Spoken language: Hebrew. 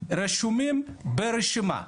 רשומים ברשימה.